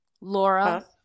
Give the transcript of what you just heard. Laura